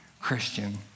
Christian